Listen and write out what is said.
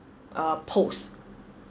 uh post